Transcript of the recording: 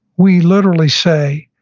we literally say,